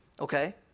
okay